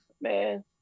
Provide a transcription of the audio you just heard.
man